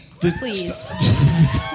Please